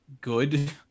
good